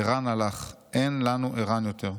'ערן הלך, אין לנו ערן יותר'.